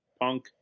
Punk